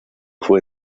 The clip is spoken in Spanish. fue